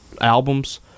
albums